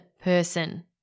person